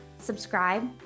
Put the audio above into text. subscribe